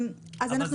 נוכל תמיד בעתיד.